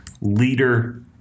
leader